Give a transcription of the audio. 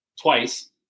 twice